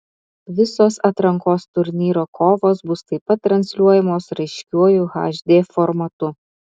visos atrankos turnyro kovos bus taip pat transliuojamos raiškiuoju hd formatu